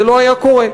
זה לא היה קורה.